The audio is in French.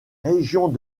régions